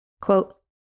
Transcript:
Quote